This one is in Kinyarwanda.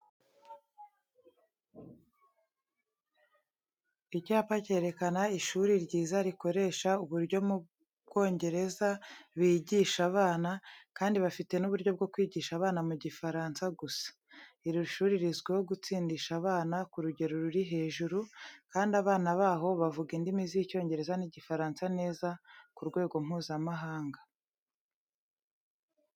Icyapa cyerekana ishuri ryiza rikoresha uburyo bwo mu Bongereza bigisha abana, kandi bafite n'uburyo bwo kwigisha abana mu Gifaransa gusa. Iri shuri rizwiho gutsindisha abana ku rugero ruri hejuru, kandi abana baho bavuga indimi z'Icyongereza n'Igifaransa neza ku rwego Mpuzamahanga.